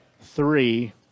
three